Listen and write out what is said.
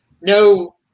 no